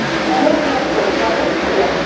چلو کیٚنٛہہ چھُنہٕ چلو شُکریہ